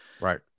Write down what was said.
Right